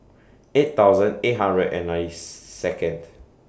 eight thousand eight hundred and ninety Second